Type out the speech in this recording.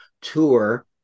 tour